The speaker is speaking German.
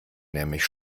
nämlich